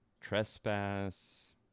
trespass